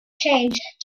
changed